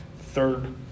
Third